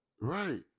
right